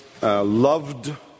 Loved